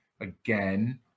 again